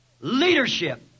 leadership